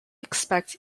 expect